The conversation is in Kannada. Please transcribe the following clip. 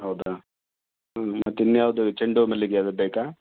ಹೌದಾ ಹ್ಞೂ ಮತ್ತು ಇನ್ನು ಯಾವ್ದು ಚೆಂಡು ಹೂ ಮಲ್ಲಿಗೆ ಅದು ಬೇಕಾ